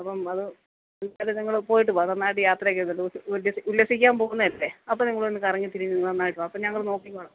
അപ്പം അത് അല്ല നിങ്ങൾ പോയിട്ട് വാ നന്നായിട്ട് യാത്രയക്കെ ചെയ്ത് ഉല്ലസിക്ക് ഉല്ലസിക്കാൻ പോകുന്നതല്ലേ അപ്പം നിങ്ങളൊന്ന് കറങ്ങിത്തിരിഞ്ഞ് നന്നായിട്ട് വാ അപ്പം ഞങ്ങൾ നോക്കിക്കോളാം